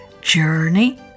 Journey